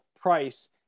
price